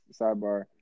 sidebar